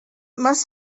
must